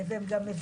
כולם היו